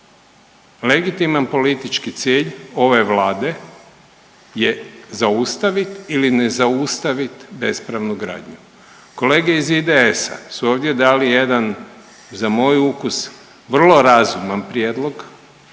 Legitiman politički cilj ove Vlade je zaustaviti ili ne zaustaviti bespravnu gradnju. Kolege iz IDS-a su ovdje dali jedan za moj ukus vrlo razuman prijedlog